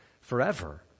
forever